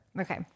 Okay